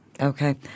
Okay